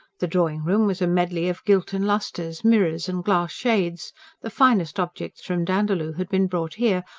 the drawing-room was a medley of gilt and lustres, mirrors and glass shades the finest objects from dandaloo had been brought here,